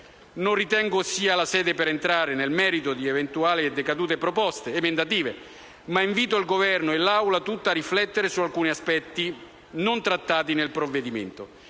Non ritengo sia questa la sede per entrare nel merito di eventuali e decadute proposte emendative, ma invito il Governo e l'Assemblea tutta a riflettere su alcuni aspetti non trattati nel provvedimento,